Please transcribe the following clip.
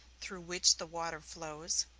through which the water flows,